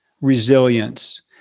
resilience